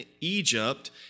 Egypt